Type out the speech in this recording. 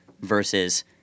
versus